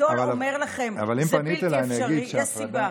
כשציבור גדול אומר לכם שזה בלתי אפשרי, יש סיבה.